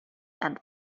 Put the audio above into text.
and